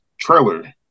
trailer